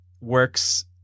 works